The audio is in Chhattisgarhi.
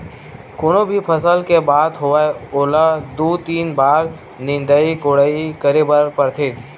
कोनो भी फसल के बात होवय ओला दू, तीन बार निंदई कोड़ई करे बर परथे